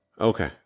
okay